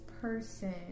person